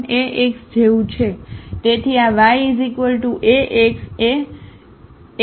તો આપણું function Ax જેવું છે